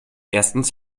erstens